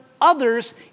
others